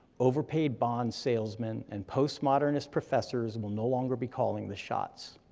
overpaid bond salesmen, and post-modernist professors will no longer be calling the shots.